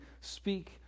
speak